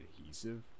adhesive